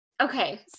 okay